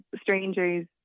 strangers